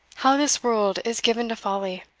how this world is given to folly!